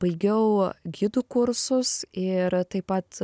baigiau gidų kursus ir taip pat